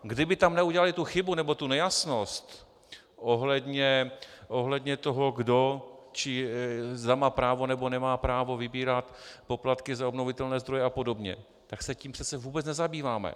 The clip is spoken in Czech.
Kdyby tam neudělali tu chybu nebo nejasnost ohledně toho, kdo či zda má právo nebo nemá právo vybírat poplatky za obnovitelné zdroje apod., tak se tím přece vůbec nezabýváme.